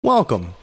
Welcome